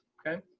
okay?